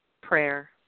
Prayer